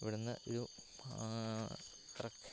ഇവിടെ നിന്ന് ഒരു കറക്